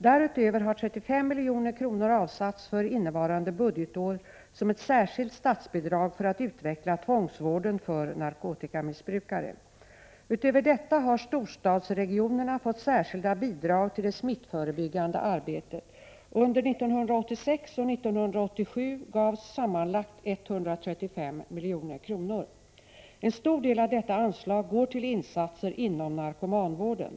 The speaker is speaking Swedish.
Därutöver har 35 milj.kr. avsatts för innevarande budgetår som ett särskilt statsbidrag för att utveckla tvångsvården för narkotikamissbrukare. Utöver detta har storstadsregionerna fått särskilda bidrag till det smittförebyggande arbetet. Under 1986 och 1987 gavs sammanlagt 135 milj.kr. En stor del av detta anslag går till insatser inom narkomanvården.